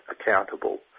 accountable